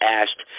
asked